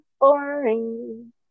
boring